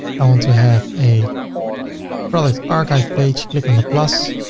i want to have a product archive page, click on the plus,